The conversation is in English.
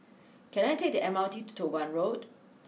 can I take the M R T to Toh Guan Road